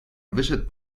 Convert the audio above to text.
wyszedł